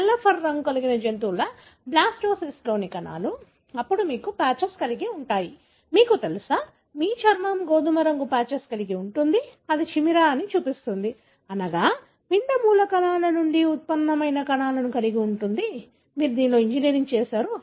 తెల్ల ఫర్ రంగు కలిగిన జంతువుల బ్లాస్టోసిస్ట్లోని కణాలు అప్పుడు మీకు పాచెస్ ఉంటాయి మీకు తెలుసా మీ చర్మం గోధుమ రంగు పాచెస్ కలిగి ఉంటుంది అది చిమెరా అని చూపిస్తుంది అనగా పిండ మూలకణాల నుండి ఉత్పన్నమైన కణాలను కలిగి ఉంటుంది మీరు ఇంజనీరింగ్ చేసారు